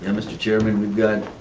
and mister chairman, we've got,